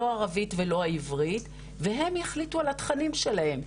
לא ערבית ולא העברית והם יחליטו על התכנים שלהם,